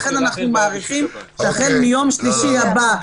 לכן אנחנו מעריכים שהחל מיום שלישי הבא,